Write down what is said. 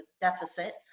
deficit